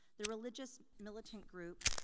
the religious militant group.